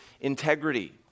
integrity